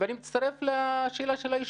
במיוחד הבדואיות,